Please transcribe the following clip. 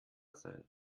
sein